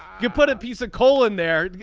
you put a piece of coal in there.